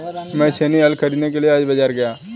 मैं छेनी हल खरीदने के लिए आज बाजार गया